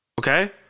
Okay